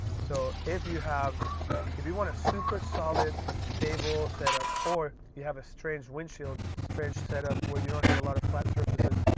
so if you have if you want a super solid stable setup or you have a strange windshield strange setup where you don't have a lot of flat surfaces.